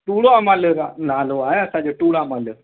टूरामल रा नालो आहे असांजो टूरामल